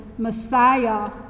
Messiah